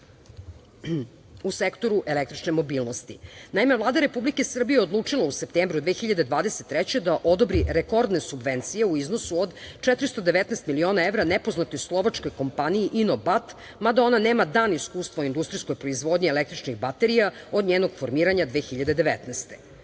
u sektoru električne mobilnosti. Naime Vlada Republike Srbije odlučila je u septembru 2023. godine da odobri rekordne subvencije u iznosu od 419 miliona evra nepoznatoj Slovačkoj kompaniji INOBAT, mada ona nema dan iskustva u industrijskoj proizvodnji električnih baterija od njenog formiranja 2019.